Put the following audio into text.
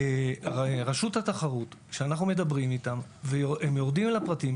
רשות התחרות אנחנו מדברים איתם והם יורדים לפרטים,